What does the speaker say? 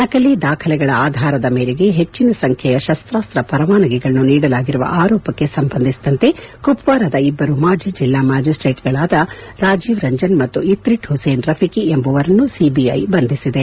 ನಕಲಿ ದಾಖಲೆಗಳ ಆಧಾರದ ಮೇರೆಗೆ ಹೆಚ್ಚಿನ ಸಂಖ್ಯೆಯ ಶಸ್ತಾಸ್ತ ಪರವಾನಗಿಗಳನ್ನು ನೀಡಲಾಗಿರುವ ಆರೋಪಕ್ಕೆ ಸಂಬಂಧಿಸಿದಂತೆ ಕುಪ್ನಾರಾದ ಇಬ್ಲರು ಮಾಜಿ ಜಿಲ್ಲಾ ಮ್ಲಾಜಿಸ್ತೇಟ್ ಗಳಾದ ರಾಜಿವ್ ರಂಜನ್ ಮತ್ತು ಇತ್ರಿಟ್ ಹುಸೇನ್ ರಫಿಕಿ ಎಂಬುವವರನ್ನು ಸಿಬಿಐ ಬಂಧಿಸಿದೆ